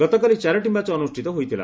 ଗତକାଲି ଚାରିଟି ମ୍ୟାଚ୍ ଅନୁଷ୍ଠିତ ହୋଇଥିଲା